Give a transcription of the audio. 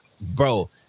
bro